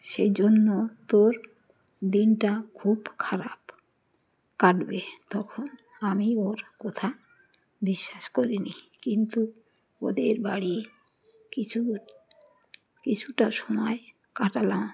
সেই জন্য তোর দিনটা খুব খারাপ কাটবে তখন আমি ওর কথা বিশ্বাস করিনি কিন্তু ওদের বাড়ি কিছু কিছুটা সময় কাটালাম